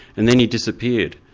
and then he disappeared.